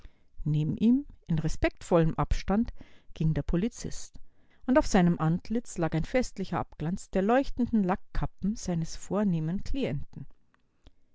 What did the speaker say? neben ihm in respektvollem abstand ging der polizist und auf seinem antlitz lag ein festlicher abglanz der leuchtenden lackkappen seines vornehmen klienten